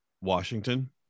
Washington